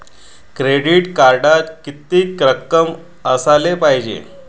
Credit कार्डात कितीक रक्कम असाले पायजे?